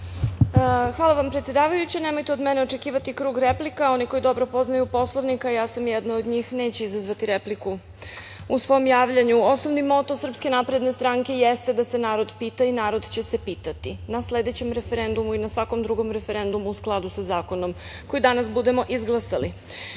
Hvala vam, predsedavajuća. Nemojte od mene očekivati krug replika. Oni koji dobro poznaju Poslovnik, a ja sam jedna od njih, neće izazvati repliku u svom javljanju. Osnovni moto SNS jeste da se narod pita i narod će se pitati na sledećem referendumu i na svakom drugom referendumu, u skladu sa zakonom koji danas budemo izglasali.